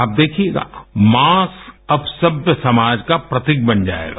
आप देखियेगाए मास्क अब सभ्य समाज का प्रतीक बन जायेगा